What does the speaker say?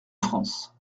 france